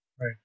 Right